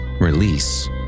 release